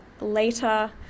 later